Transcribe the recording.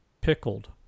pickled